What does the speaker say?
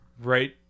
Right